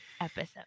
episode